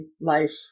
life